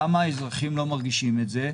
למה האזרחים לא מרגישים את זה?